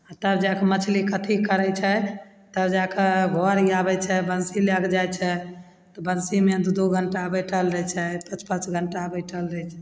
तब जा कऽ मछलीके अथी करय छै तब जा कऽ घर आबय छै बंसी लए कऽ जाइ छै तऽ बंसीमे दू दू घण्टा बैठल रहय छै पाँच पाँच घण्टा बैठल रहय छै